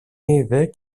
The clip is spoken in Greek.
είδε